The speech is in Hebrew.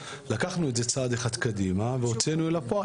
לקחנו את זה צעד אחד קדימה והוצאנו אל הפועל